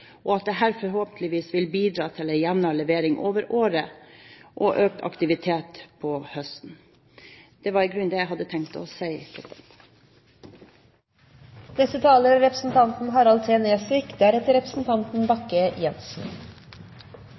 og at dette forhåpentligvis vil bidra til en jevnere levering over året og økt aktivitet på høsten. Det var i grunnen det jeg hadde tenkt å si.